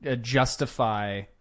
justify